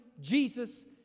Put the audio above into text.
Jesus